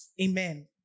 Amen